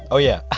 oh yeah!